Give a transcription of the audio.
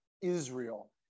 israel